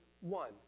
one